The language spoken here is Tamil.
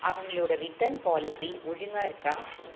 அவங்களோட ரிட்டர்ன் பாலிசி ஒழுங்கா இருக்கா